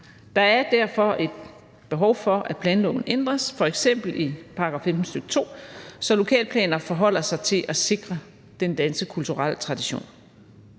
Der er derfor et behov for, at planloven ændres f.eks. i § 15, stk. 2, så lokalplaner forholder sig til at sikre den danske kulturelle tradition,